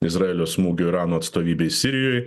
izraelio smūgio irano atstovybei sirijoj